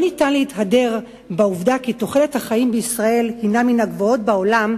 לא ניתן להתהדר בעובדה כי תוחלת החיים בישראל הינה מן הגבוהות בעולם,